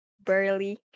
burly